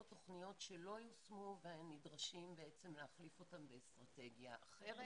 או תוכניות שלא יושמו ונדרשים להחליף אותם באסטרטגיה אחרת.